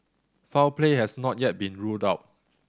foul play has not yet been ruled out